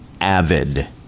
avid